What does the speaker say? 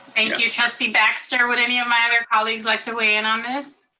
thank you trustee baxter. would any of my other colleagues like to weigh in on this?